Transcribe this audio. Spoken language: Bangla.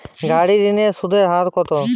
গাড়ির ঋণের সুদের হার কতো?